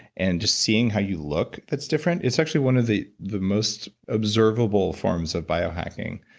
and just seeing how you look that's different, it's actually one of the the most observable forms of biohacking.